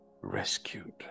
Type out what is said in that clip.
rescued